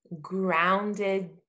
grounded